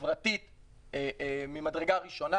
חברתי ממדרגה ראשונה,